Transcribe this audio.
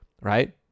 Right